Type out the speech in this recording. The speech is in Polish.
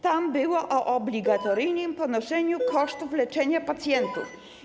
Tam było o obligatoryjnym ponoszeniu kosztów leczenia pacjentów.